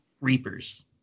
Reapers